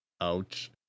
Ouch